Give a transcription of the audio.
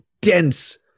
dense